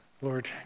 Lord